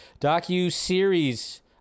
Docu-series